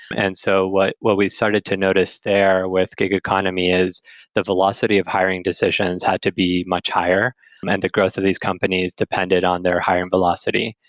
and so what what we started to notice there with gig economy is the velocity of hiring decisions had to be much higher and the growth of these companies depended on their hiring velocity.